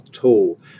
tool